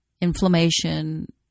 inflammation